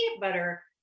butter